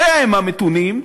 אחיהם המתונים,